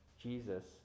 Jesus